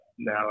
now